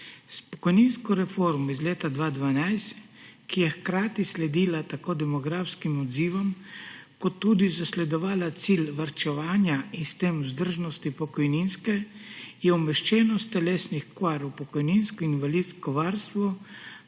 pokojninsko reformo iz leta 2012, ki je hkrati sledila demografskim odzivom in tudi zasledovala cilj varčevanja in s tem vzdržnosti pokojninske, je umeščenost telesnih okvar v pokojninsko in invalidsko varstvo